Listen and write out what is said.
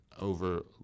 over